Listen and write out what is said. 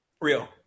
Real